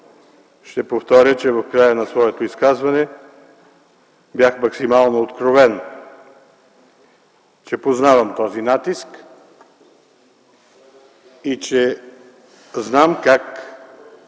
Ще повторя, че в края на своето изказване бях максимално откровен, че познавам този натиск и знам как